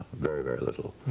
very, very little.